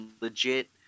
legit